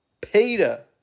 Peter